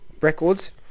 records